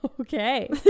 okay